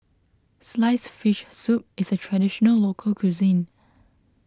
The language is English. Sliced Fish Soup is a Traditional Local Cuisine